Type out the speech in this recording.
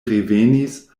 revenis